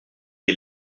des